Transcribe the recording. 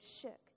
shook